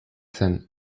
zen